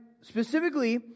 specifically